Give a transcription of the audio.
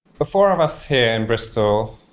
the four of us here in bristol,